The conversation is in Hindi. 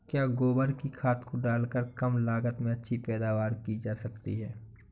क्या गोबर की खाद को डालकर कम लागत में अच्छी पैदावारी की जा सकती है?